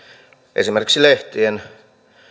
esimerkiksi lehtien